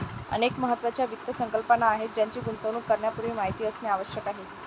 अनेक महत्त्वाच्या वित्त संकल्पना आहेत ज्यांची गुंतवणूक करण्यापूर्वी माहिती असणे आवश्यक आहे